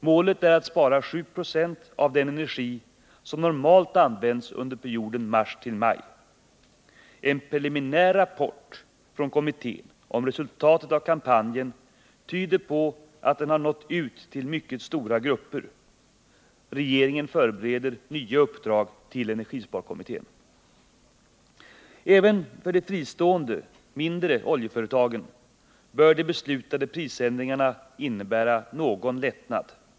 Målet är att spara 7 96 av den energi som normalt används under perioden mars-maj. En preliminär rapport från kommittén om resultatet av kampanjen tyder på att den har nått ut till mycket stora grupper. Regeringen förbereder nya uppdrag till energisparkommittén. Även för de fristående, mindre oljeföretagen bör de beslutade prisändringarna innebära någon lättnad.